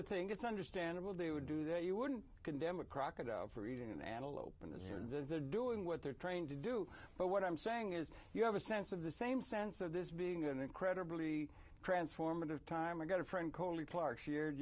a thing it's understandable they would do that you wouldn't condemn a crocodile for eating an antelope and assume the doing what they're trained to do but what i'm saying is you have a sense of the same sense of this being an incredibly transformative time i got a friend colin clark shear